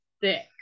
thick